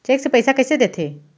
Cheque से पइसा कइसे देथे?